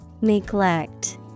Neglect